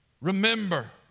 Remember